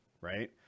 right